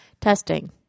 Testing